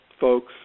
folks